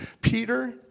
Peter